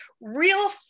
real